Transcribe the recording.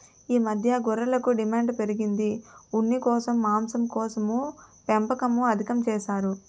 ఈ మధ్య గొర్రెలకు డిమాండు పెరిగి ఉన్నికోసం, మాంసంకోసం పెంపకం అధికం చేసారు